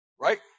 right